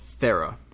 Thera